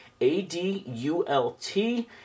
A-D-U-L-T